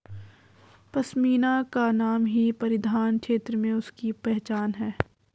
पशमीना का नाम ही परिधान क्षेत्र में उसकी पहचान है